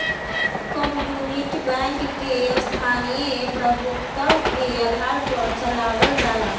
community bank के स्थानीय प्रभुत्व के आधार पर चलावल जाला